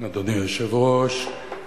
אדוני היושב-ראש,